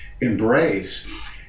embrace